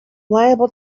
liable